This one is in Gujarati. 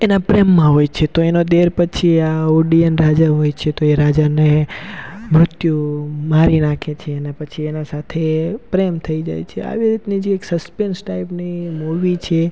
એના પ્રેમમાં હોય છે તો એનો દીયર પછી આ ઓડિયન રાજા હોય છે તો એ રાજાને મૃત્યુ મારી નાખે છે એના પછી એના સાથે પ્રેમ થઈ જાય છે આવી રીતની એ સસ્પેન્સ ટાઈપની મૂવી છે